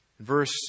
verse